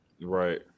right